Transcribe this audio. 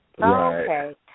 Okay